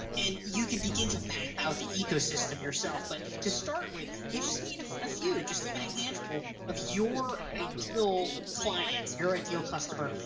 and you can begin to map out the ecosystem yourself, but to start with, you just need a few, just even a handful of your ideal alliance, your ideal customer,